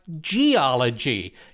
geology